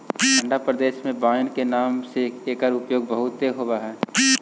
ठण्ढा प्रदेश में वाइन के नाम से एकर उपयोग बहुतायत होवऽ हइ